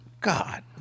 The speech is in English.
God